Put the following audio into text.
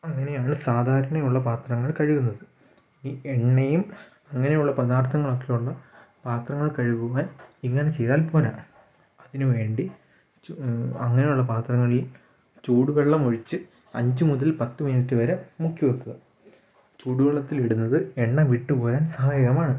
അങ്ങനെയാണ് സാധാരണയുള്ള പാത്രങ്ങൾ കഴുകുന്നത് ഈ എണ്ണയും അങ്ങനെയുള്ള പദാർത്ഥങ്ങളൊക്കെയുള്ള പാത്രങ്ങൾ കഴുകുവാൻ ഇങ്ങനെ ചെയ്താൽ പോര അതിനു വേണ്ടി അങ്ങനെയുള്ള പാത്രങ്ങളിൽ ചൂട് വെള്ളമൊഴിച്ച് അഞ്ചു മുതൽ പത്തു മിനിറ്റ് വരെ മുക്കി വെക്കുക ചൂട് വെള്ളത്തിലിടുന്നത് എണ്ണ വിട്ടുപോകാൻ സഹായകമാണ്